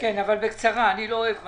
אבל בקצרה, אני לא אוהב מצגות.